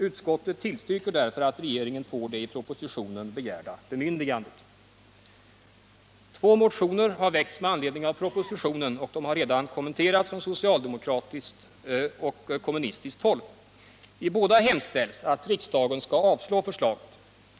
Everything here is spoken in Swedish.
Utskottet tillstyrker därför att regeringen får det i propositionen begärda bemyndigandet. Två motioner har väckts med anledning av propositionen, och de har redan — Nr 43 kommenterats från socialdemokratiskt och kommunistiskt håll. I båda hemställs att riksdagen skall avslå förslaget.